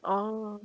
oh